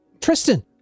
Tristan